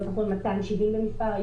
270 במספר,